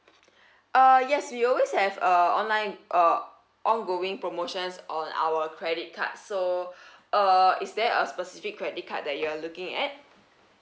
uh yes we always have uh online uh ongoing promotions on our credit card so uh is there a specific credit card that you are looking at